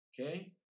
Okay